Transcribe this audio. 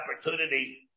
opportunity